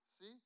See